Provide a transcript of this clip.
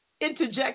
interject